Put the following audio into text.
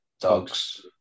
Dogs